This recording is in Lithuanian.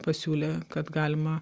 pasiūlė kad galima